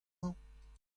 mañ